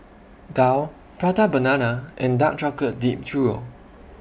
Daal Prata Banana and Dark Chocolate Dipped Churro